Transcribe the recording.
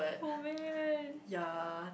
oh man